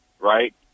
right